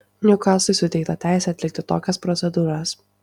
niukastliui suteikta teisė atlikti tokias procedūras